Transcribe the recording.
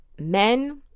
men